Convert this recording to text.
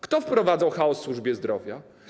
Kto wprowadzał chaos w służbie zdrowia?